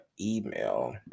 email